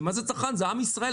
לעם ישראל,